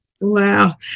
wow